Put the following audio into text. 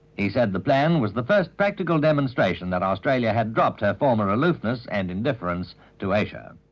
he said the plan was the first practical demonstration that australia had dropped her former aloofness and indifference to asia.